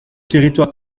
territoire